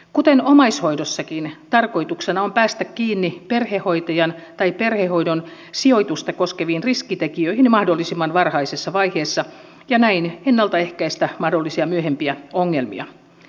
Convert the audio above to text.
kuten omaishoidossakin tarkoituksena on päästä kiinni perhehoitajan tai perhehoidon sijoitusta koskeviin riskitekijöihin mahdollisimman varhaisessa vaiheessa ja näin ennalta ehkäistä mahdollisia myöhempiä ongelmia